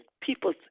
people